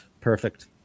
Perfect